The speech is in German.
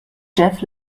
jeff